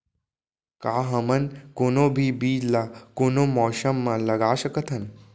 का हमन कोनो भी बीज ला कोनो मौसम म लगा सकथन?